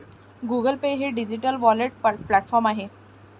Google Pay हे digital wallet platform आहे